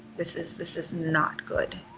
this is, this this not good.